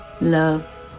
love